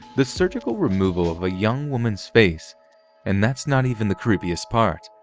the surgical removal of a young woman's face and that's not even the creepiest part.